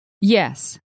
Yes